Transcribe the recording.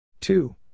Two